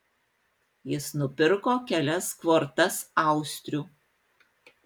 jis nupirko kelias kvortas austrių